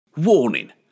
Warning